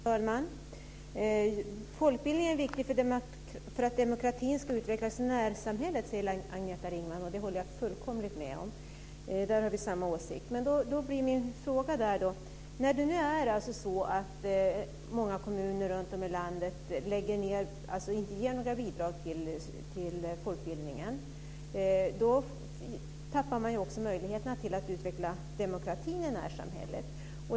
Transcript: Fru talman! Folkbildningen är viktig för att demokratin ska utvecklas i närsamhället, säger Agneta Ringman. Det håller jag helt med om. Där har vi samma åsikt. När det nu är så att många kommuner inte ger några bidrag till folkbildningen tappar man ju också möjligheten att utveckla demokratin i närsamhället.